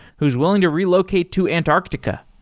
who's willing to relocate to antarctica.